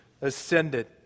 ascended